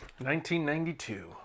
1992